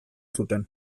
zuten